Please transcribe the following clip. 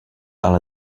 ale